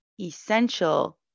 essential